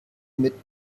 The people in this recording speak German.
mit